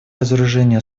разоружение